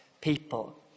people